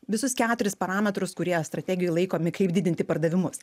visus keturis parametrus kurie strategijoj laikomi kaip didinti pardavimus